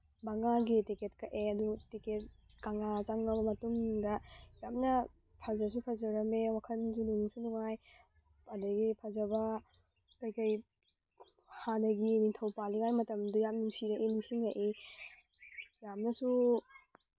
ꯃꯡꯉꯥꯒꯤ ticket ꯀꯛꯑꯦ ꯑꯗꯨ ticket ꯀꯪꯂꯥ ꯆꯪꯉꯕ ꯃꯇꯨꯡꯗ ꯌꯥꯝꯅ ꯐꯖꯁꯨ ꯐꯖꯔꯝꯃꯦ ꯋꯥꯈꯜꯁꯨ ꯅꯨꯡꯁꯨ ꯅꯨꯡꯉꯥꯏ ꯑꯗꯒꯤ ꯐꯖꯕ ꯀꯩꯀꯩ ꯍꯥꯟꯅꯒꯤ ꯅꯤꯡꯊꯧ ꯄꯥꯜꯂꯤꯉꯩꯒꯤ ꯃꯇꯝꯗꯣ ꯌꯥꯝ ꯅꯨꯡꯁꯤꯔꯛꯏ ꯅꯤꯡꯁꯤꯡꯉꯛꯏ ꯌꯥꯝꯅꯁꯨ